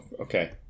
okay